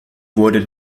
wurde